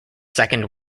second